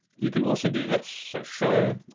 you can also do this. so, show